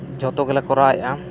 ᱡᱚᱛᱚ ᱜᱮᱞᱮ ᱠᱚᱨᱟᱣᱮᱫᱼᱟ